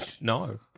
No